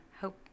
hope